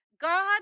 God